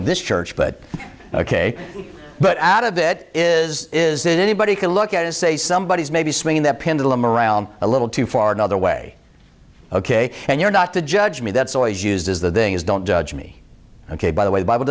in this church but ok but out of it is is that anybody can look at and say somebody is maybe swing that pendulum around a little too far another way ok and you're not to judge me that's always used is the thing is don't judge me ok by the way bible